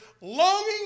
longing